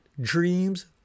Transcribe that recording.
dreams